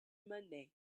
monday